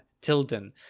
Tilden